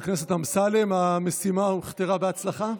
אמסלם, המשימה הוכתרה בהצלחה?